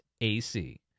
AC